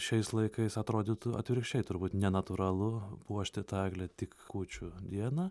šiais laikais atrodytų atvirkščiai turbūt nenatūralu puošti tą eglę tik kūčių dieną